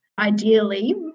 Ideally